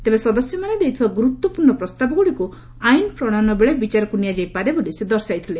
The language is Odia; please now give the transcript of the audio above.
ତେବେ ସଦସ୍ୟମାନେ ଦେଇଥିବା ଗୁରୁତ୍ୱପୂର୍ଣ୍ଣ ପ୍ରସ୍ତାବଗୁଡ଼ିକୁ ଆଇନ୍ ପ୍ରଣୟନ ବେଳେ ବିଚାରକୁ ନିଆଯାଇ ପାରେ ବୋଲି ସେ ଦର୍ଶାଇଥିଲେ